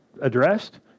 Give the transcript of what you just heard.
addressed